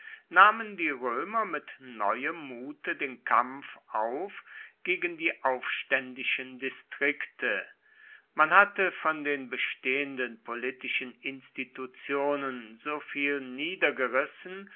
nahmen die römer mit neuem mute den kampf auf gegen die aufständischen distrikte man hatte von den bestehenden politischen institutionen so viel niedergerissen